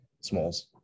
Smalls